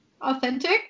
authentic